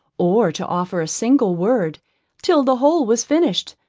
or to offer a single word till the whole was finished,